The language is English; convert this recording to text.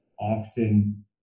often